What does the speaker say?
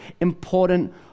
important